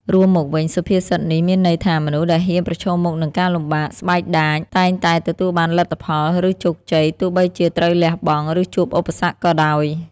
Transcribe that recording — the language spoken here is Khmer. រួមមកវិញ សុភាសិតនេះមានន័យថា មនុស្សដែលហ៊ានប្រឈមមុខនឹងការលំបាក ស្បែកដាច តែងតែទទួលបានលទ្ធផល ឬជោគជ័យ ទោះបីជាត្រូវលះបង់ ឬជួបឧបសគ្គក៏ដោយ។